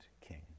King